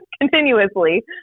continuously